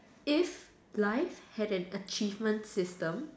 if life had an achievement system